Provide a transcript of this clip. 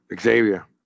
Xavier